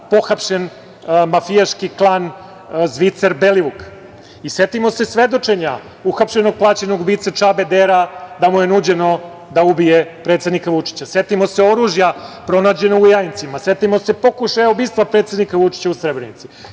pohapšen mafijaški klan Belivuk. Setimo se svedočenja uhapšenog plaćenog ubiće Čabedera da mu je nuđeno da ubije predsednika Vučića. Setimo se oružja pronađenog u Jajincima. Setimo se pokušaja ubistva predsednika Vučića u Srebrenici.